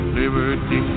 liberty